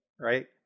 right